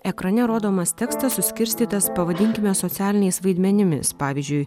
ekrane rodomas tekstas suskirstytas pavadinkime socialiniais vaidmenimis pavyzdžiui